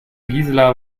gisela